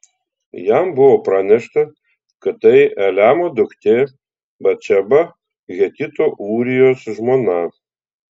jam buvo pranešta kad tai eliamo duktė batšeba hetito ūrijos žmona